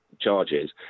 charges